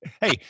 Hey